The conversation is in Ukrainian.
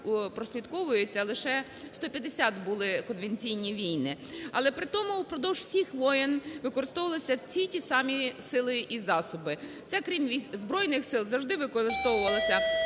прослідковується, лише 150 були конвенційні війни. Але при тому впродовж всіх воєн використовувались всі ті самі сили і засоби, це крім збройних сил завжди використовувалася